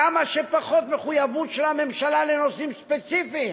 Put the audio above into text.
כמה שפחות מחויבות של הממשלה לנושאים ספציפיים,